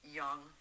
young